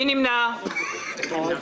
מה עושים לנו באוצר?